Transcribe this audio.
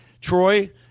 Troy